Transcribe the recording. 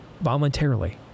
voluntarily